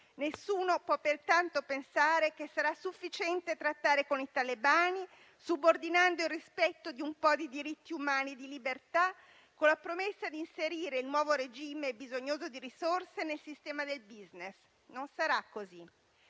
Nessuno può, pertanto, pensare che sarà sufficiente trattare con i talebani, subordinando il rispetto di un po' di diritti umani e di libertà alla promessa di inserire il nuovo regime, bisognoso di risorse, nel sistema del *business*. Non sarà così.